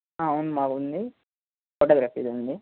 అవును మాది ఉంది ఫోటోగ్రఫీది ఉంది